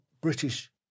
British